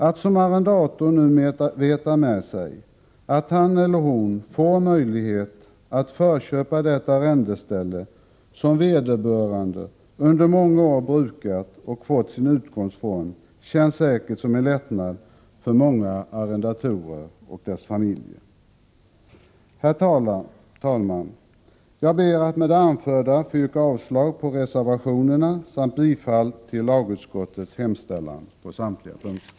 Att som arrendator nu veta med sig att han eller hon får möjlighet att förköpa det arrendeställe som vederbörande under många år brukat och fått sin utkomst från känns säkert som en lättnad för många arrendatorer och deras familjer. Herr talman! Med det anförda ber jag att få yrka avslag på reservationerna samt bifall till lagutskottets hemställan på samtliga punkter.